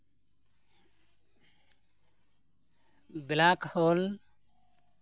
black hole